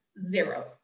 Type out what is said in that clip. zero